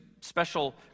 special